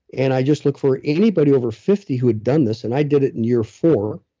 and i just looked for anybody over fifty who had done this and i did it in year four,